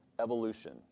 evolution